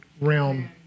realm